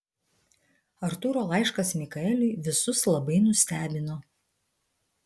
artūro laiškas mikaeliui visus labai nustebino